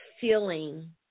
feeling